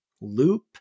loop